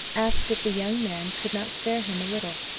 asked if the young man could not spare him a little.